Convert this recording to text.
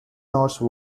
norse